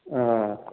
آ